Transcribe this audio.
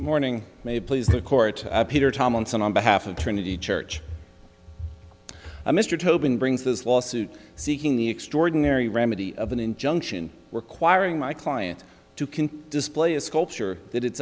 morning may please the court peter tomlinson on behalf of trinity church mr tobin brings this lawsuit seeking the extraordinary remedy of an injunction requiring my client to can display a sculpture that it's